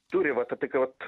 turi vat tai ka vat